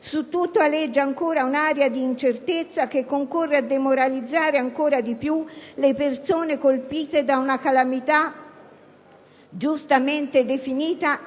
Su tutto aleggia ancora un'aria di incertezza che concorre a demoralizzare ancora di più le persone colpite da una calamità giustamente definita